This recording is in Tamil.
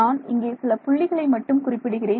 நான் இங்கே சில புள்ளிகளை மட்டும் குறிப்பிடுகிறேன்